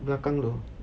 belakang tu